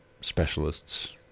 specialists